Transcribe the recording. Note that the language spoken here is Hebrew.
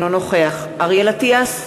אריאל אטיאס,